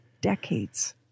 decades